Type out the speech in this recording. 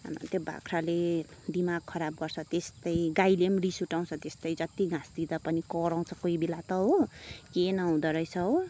अन्त त्यो बाख्राले दिमाग खराब गर्छ त्यस्तै गाईले पनि रिस उठाउँछ त्यस्तै जति घाँस दिँदा पनि कराउँछ कोही बेला त हो के नहुँदो रहेछ हो